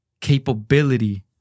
capability